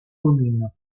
commune